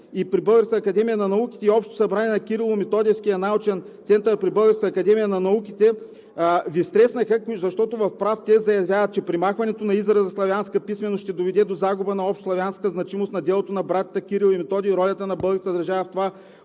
при Българската академия на науките и общото събрание на Кирило-Методиевския научен център при Българската академия на науките Ви стреснаха яко, защото в прав текст заявяват, че премахването на израза „славянска писменост“ ще доведе до загуба на общославянска значимост на делото на братята Кирил и Методий и ролята на българската държава в това